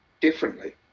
differently